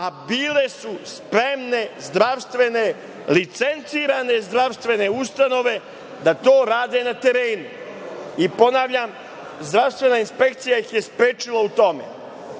a bile su spremne licencirane zdravstvene ustanove da to rade na terenu. Ponavljam, zdravstvena inspekcija ih je sprečila u tome. To